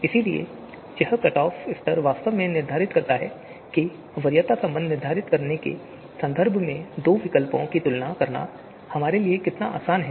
इसलिए यह cut off स्तर वास्तव में निर्धारित करता है कि वरीयता संबंध निर्धारित करने के संदर्भ में दो विकल्पों की तुलना करना हमारे लिए कितना आसान है